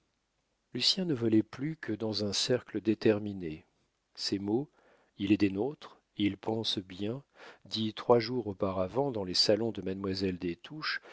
hanneton lucien ne volait plus que dans un cercle déterminé ces mots il est des nôtres il pense bien dits trois jours auparavant dans les salons de mademoiselle